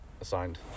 assigned